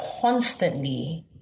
constantly